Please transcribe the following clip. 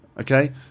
okay